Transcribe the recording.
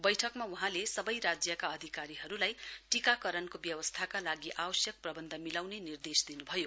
बैठकमा वहाँले सबै राज्यका अधिकारीहरूलाई टीकारणको व्यवस्थाका लागि आवश्यक प्रबन्ध मिलाउने निर्देश दिनुभयो